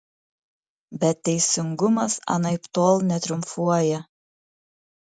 bet teisingumas anaiptol netriumfuoja